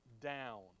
down